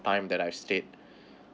time that I stayed